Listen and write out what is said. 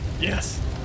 Yes